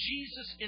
Jesus